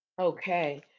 Okay